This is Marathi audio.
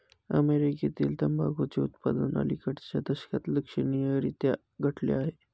अमेरीकेतील तंबाखूचे उत्पादन अलिकडच्या दशकात लक्षणीयरीत्या घटले आहे